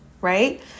right